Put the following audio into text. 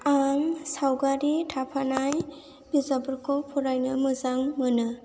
आं सावगारि थाफानाय बिजाबफोरखौ फरायनो मोजां मोनो